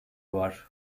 var